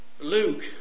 Luke